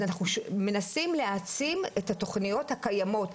אז אנחנו מנסים להעצים את התוכניות הקיימות,